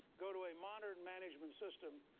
go to a modern management system,